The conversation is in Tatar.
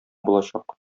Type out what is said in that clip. булачак